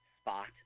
spot